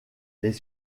les